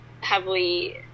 heavily